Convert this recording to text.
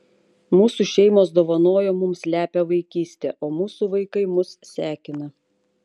mūsų šeimos dovanojo mums lepią vaikystę o mūsų vaikai mus sekina